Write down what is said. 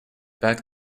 back